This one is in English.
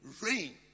rain